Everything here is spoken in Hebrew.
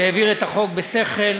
שהעביר את החוק בשכל,